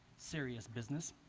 serious business